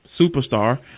superstar